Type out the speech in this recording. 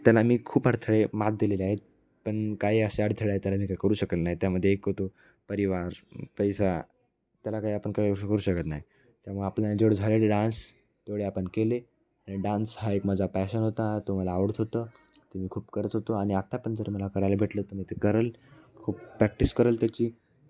त्याला मी खूप अडथळे मात दिलेले आहेत पण काही असे अडथळे आहे त्याला मी काय करू शकलो नाही त्यामध्ये एक होतो परिवार पैसा त्याला काही आपण का करू शकत नाही त्यामुळे आपल्या जेवढे झालेले डान्स तेवढे आपण केले आणि डान्स हा एक माझा पॅशन होता तो मला आवडत होतं ते मी खूप करत होतो आणि आत्ता पण जर मला करायला भेटलं तर मी ते करेल खूप प्रॅक्टिस करेल त्याची